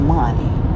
money